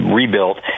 rebuilt